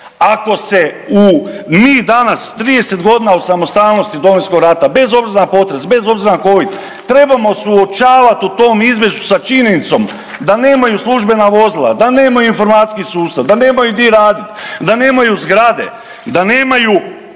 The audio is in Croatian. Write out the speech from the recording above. ako se u, mi danas 30 godina od samostalnosti Domovinskog rata, bez obzira na potres, bez obzira na covid, trebamo suočavati u tom izvješću sa činjenicom da nemaju službena vozila, da nemaju informacijski sustav, da nemaju gdje raditi, da nemaju zgrade, da nemaju